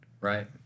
Right